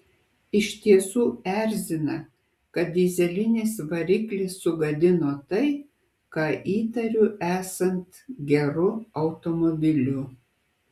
iš tiesų erzina kad dyzelinis variklis sugadino tai ką įtariu esant geru automobiliu